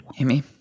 Amy